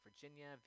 Virginia